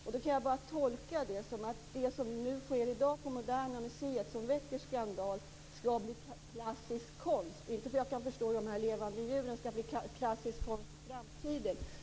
Jag kan bara tolka det så att det som nu sker på Moderna museet och som väcker skandal skall bli klassisk konst - inte för att jag kan förstå hur de här levande djuren skall bli klassisk konst i framtiden.